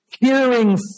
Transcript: Hearing